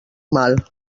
mal